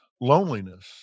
loneliness